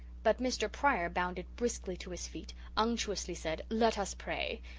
but mr. pryor bounded briskly to his feet, unctuously said, let us pray,